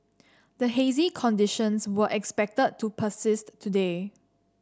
the hazy conditions were expected to persist today